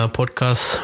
Podcast